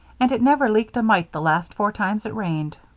and it never leaked a mite the last four times it rained.